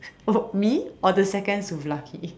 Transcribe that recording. oh me or the second Souvlaki